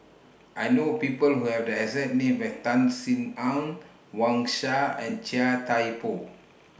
I know People Who Have The exact name as Tan Sin Aun Wang Sha and Chia Thye Poh